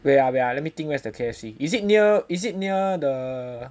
wait ah wait ah let me think where's the K_F_C is it near is it near the